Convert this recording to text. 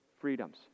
freedoms